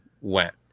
went